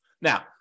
Now